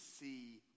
see